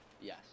yes